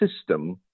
system